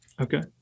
Okay